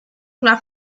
nach